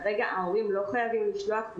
כרגע ההורים לא חייבים לשלוח.